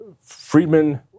Friedman